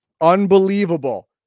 unbelievable